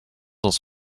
was